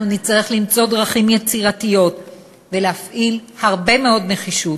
אנחנו נצטרך למצוא דרכים יצירתיות ולהפעיל הרבה מאוד נחישות